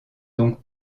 donc